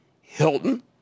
Hilton